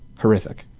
horrific.